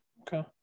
Okay